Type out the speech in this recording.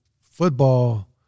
football